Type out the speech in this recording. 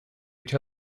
each